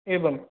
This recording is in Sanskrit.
एवं